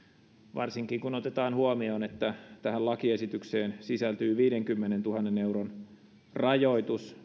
varsinkin kun otetaan huomioon että tähän lakiesitykseen sisältyy viidenkymmenentuhannen euron rajoitus